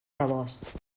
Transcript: rebost